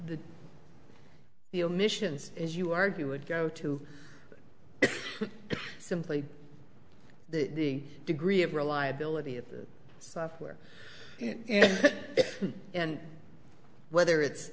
the omissions as you argue would go to simply the degree of reliability of the software and whether it's